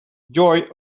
joy